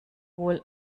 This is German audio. wohl